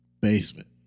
basement